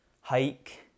hike